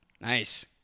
Nice